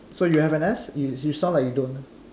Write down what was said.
so you have an S you sound like you don't